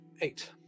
eight